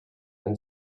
and